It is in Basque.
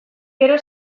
gero